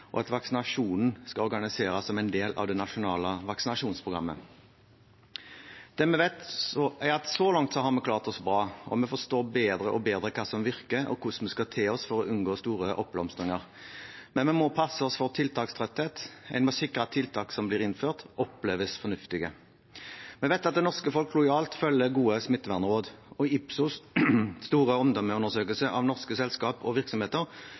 og at vaksinasjonen skal organiseres som en del av det nasjonale vaksinasjonsprogrammet. Det vi vet, er at så langt har vi klart oss bra, og vi forstår bedre og bedre hva som virker, og hvordan vi skal te oss for å unngå store oppblomstringer. Men vi må passe oss for tiltakstrøtthet, en må sikre at tiltak som blir innført, oppleves fornuftige. Vi vet at det norske folk lojalt følger gode smittevernråd. Ipsos’ store omdømmeundersøkelse av norske selskaper og virksomheter